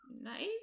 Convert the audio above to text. nice